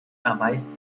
erweist